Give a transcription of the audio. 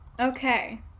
Okay